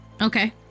Okay